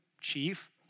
chief